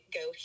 go